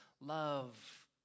love